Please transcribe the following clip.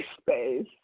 space